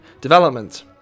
development